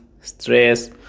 stress